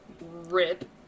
rip